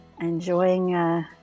enjoying